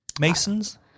Masons